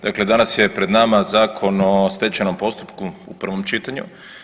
Dakle danas je pred nama Zakon o stečajnom postupku u prvom čitanju.